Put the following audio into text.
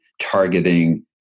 targeting